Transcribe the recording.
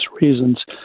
reasons